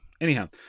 Anyhow